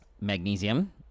magnesium